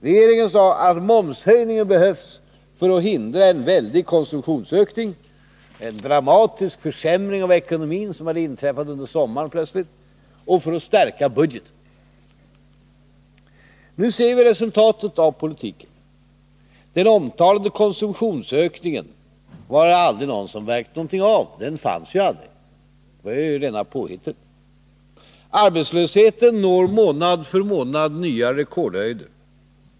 Regeringen ansåg att momshöjningen behövdes för att förhindra en väldig komsumtionsökning — det var en dramatisk försämring av ekonomin som plötsligt hade inträffat under sommaren -— och för att stärka budgeten. Nu ser vi resultaten av den förda politiken. Den omtalade konsumtionsökningen var det aldrig någon som märkte något av — den fanns ju aldrig; det var ju rena påhittet. Arbetslösheten når månad efter månad nya rekordhöjder.